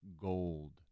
gold